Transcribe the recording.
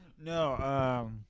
No